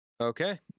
Okay